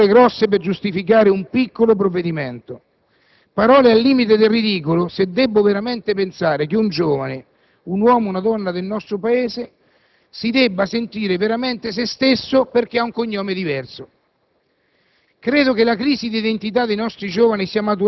Parole grosse, colleghi senatori; parole grosse per giustificare un piccolo provvedimento; parole al limite del ridicolo, se debbo veramente pensare che un giovane, un uomo o una donna del nostro Paese, debba sentirsi veramente se stesso perché ha un cognome diverso.